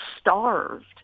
starved